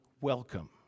welcome